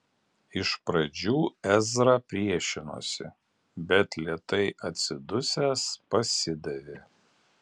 iš pradžių ezra priešinosi bet lėtai atsidusęs pasidavė